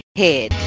head